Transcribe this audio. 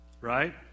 right